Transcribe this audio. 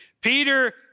Peter